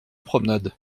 promenade